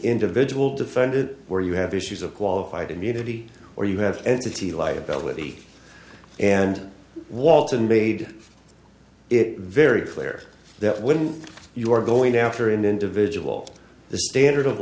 individual defended where you have issues of qualified immunity or you have entity liability and walton made it very clear that when you are going down for an individual the standard of